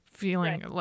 feeling